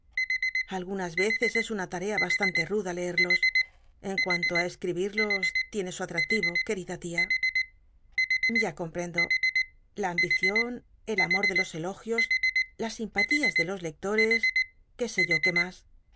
algunas veces es una tarea bastante ruda leerlos en cuanto á escibirlos tiene su atraclio querida tia ya comprendo la ambician el amor de los elogios las simpatías de los lectores qué sé yo que mas